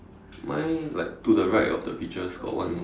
mine like to the right of the peaches got one